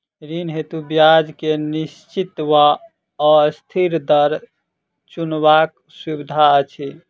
ऋण हेतु ब्याज केँ निश्चित वा अस्थिर दर चुनबाक सुविधा अछि